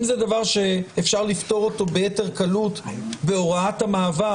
אם זה דבר שאפשר לפתור אותו ביתר קלות בהוראת המעבר